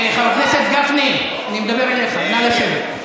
חבר הכנסת גפני, אני מדבר אליך, נא לשבת.